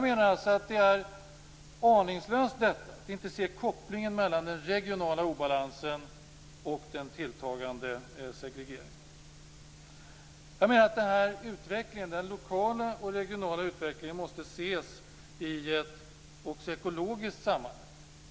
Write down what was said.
Det är aningslöst att inte se kopplingen mellan den regionala obalansen och den tilltagande segregeringen. Den lokala och regionala utvecklingen måste ses också i ett ekologiskt sammanhang.